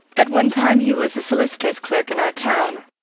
at one time he was a solicitor's clerk in our town.